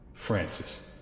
Francis